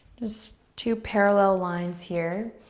just two parallel lines here.